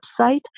website